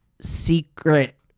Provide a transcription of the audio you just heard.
secret